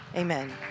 Amen